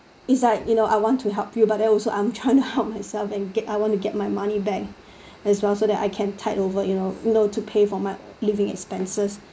it's like you know I want to help you but then also I'm trying to help myself and I want to get my money back as well so that I can tide over you know know to pay for my living expenses